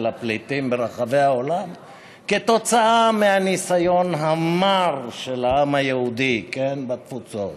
הפליטים ברחבי העולם כתוצאה מהניסיון המר של העם היהודי בתפוצות,